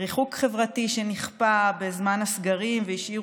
הריחוק החברתי שנכפה בזמן הסגרים השאיר